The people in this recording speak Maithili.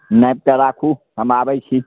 नापि कऽ राखू हम आबैत छी